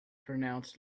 pronounced